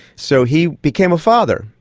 so he became a father,